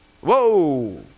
Whoa